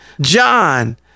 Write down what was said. John